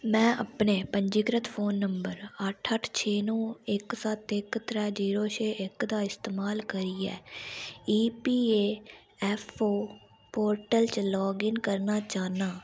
में अपने पंजीकृत फोन नंबर अठ्ठ अठ्ठ छे नौ इक सत्त इक त्रै जीरो छे इक दा इस्तमाल करियै E P A F O portal च लाग इन करना चाह्न्नां